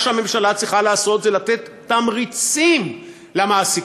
מה שהממשלה צריכה לעשות זה לתת תמריצים למעסיקים.